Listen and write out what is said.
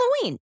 Halloween